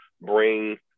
bring